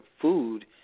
food